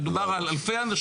למי זה עוזר להרוס בית?